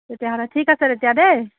তেতিয়াহ'লে ঠিক আছে তেতিয়া দেই